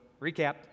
recap